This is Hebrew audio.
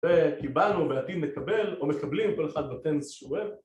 וקיבלנו ובעתיד נקבל או מקבלים, כל אחד בטנס שהוא אוהב